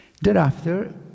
Thereafter